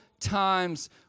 times